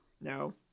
No